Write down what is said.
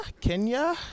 Kenya